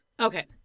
Okay